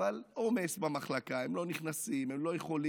אבל עומס במחלקה, הם לא נכנסים, הם לא יכולים.